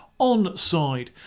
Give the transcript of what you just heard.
onside